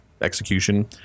execution